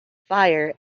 fire